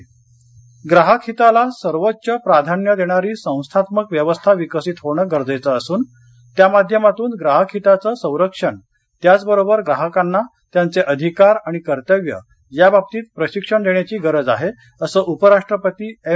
ग्राहक ग्राहक हिताला सर्वोच्च प्राधान्य देणारी संस्थात्मक व्यवस्था विकसित होणं गरजेचं असून त्या माध्यमातून ग्राहक हिताचं संरक्षण त्याचबरोबर ग्राहकांना त्यांचे अधिकार आणि कर्तव्य याबाबतीत प्रशिक्षण देण्याची गरज आहे असं उपराष्ट्रपती एम